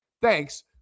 Thanks